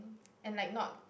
and like not